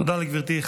תודה לגברתי.